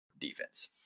defense